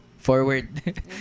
Forward